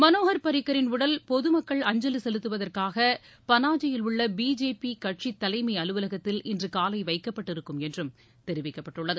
மனோகர் பாரிக்கரின் உடல் பொதுமக்கள் அஞ்சலி செலுத்துவதற்காக பனாஜியில் உள்ள பிஜேபி கட்சித் தலைமை அலுவலகத்தில் இன்று காலை வைக்கப்பட்டிருக்கும் என்றும் தெரிவிக்கப்பட்டுள்ளது